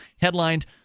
headlined